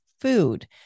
food